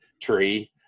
tree